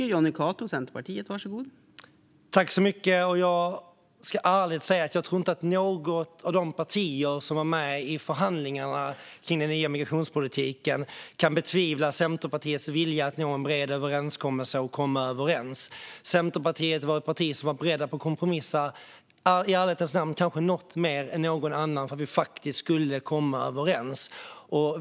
Fru talman! Jag ska ärligt säga att jag inte tror att något av de partier som var med i förhandlingarna kring den nya migrationspolitiken kan betvivla Centerpartiets vilja att nå en bred överenskommelse. Centerpartiet var berett att kompromissa, i ärlighetens namn kanske något mer än något annat parti, för att vi faktiskt skulle komma överens.